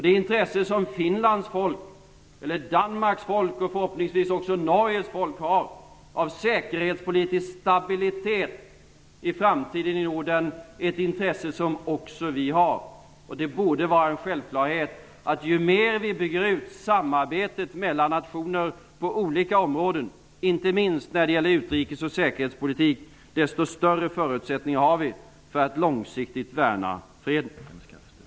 Det intresse som Finlands folk, Danmarks folk och förhoppningsvis också Norges folk har av säkerhetspolitisk stabilitet i framtiden i Norden är ett intresse som också vi har. Det borde vara en självklarhet att ju mer vi bygger ut samarbetet mellan nationer på olika områden, inte minst när det gäller utrikes och säkerhetspolitik, desto större förutsättningar har vi att långsiktigt värna freden.